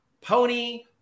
pony